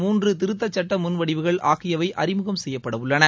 மூன்று திருத்தச் சட்ட முன் வடிவுகள் ஆகியவை அறிமுகம் செய்யப்படவுள்ளன